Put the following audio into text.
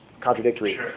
contradictory